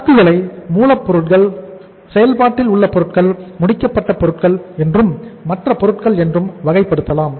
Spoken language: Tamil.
சரக்குகளை மூலப்பொருள் செயல்பாட்டில் உள்ள பொருட்கள் முடிக்கப்பட்ட பொருட்கள் என்றும் மற்ற பொருட்கள் என்றும் வகைப்படுத்தலாம்